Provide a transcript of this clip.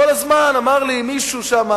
כל הזמן אמר לי מישהו שם,